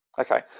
Okay